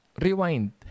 Rewind